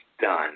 done